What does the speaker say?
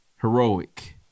heroic